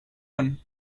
one